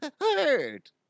hurt